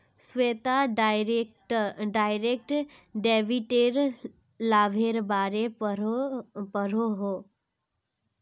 Shweta direct डेबिटेर लाभेर बारे पढ़ोहो